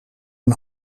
een